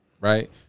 Right